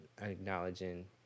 acknowledging